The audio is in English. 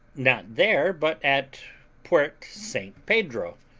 not there, but at port st pedro,